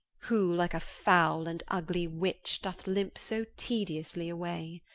who like a foule and ougly witch doth limpe so tediously away.